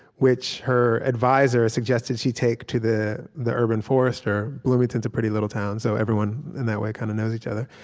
which her advisor suggested she take to the the urban forester. bloomington's a pretty little town, so everyone, in that way, kind of knows each other.